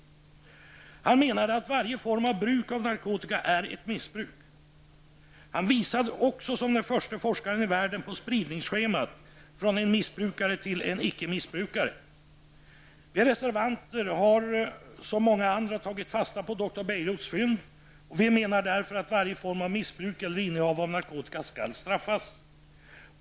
Han menade att varje form av bruk av narkotika är ett missbruk. Han visade också som den förste forskaren i världen på spridningsschemat från en missbrukare till en icke-missbrukare. Vi reservanter har, som många andra, tagit fasta på dr Bejerots fynd, och vi menar därför att varje form av missbruk eller innehav av narkotika skall straffas.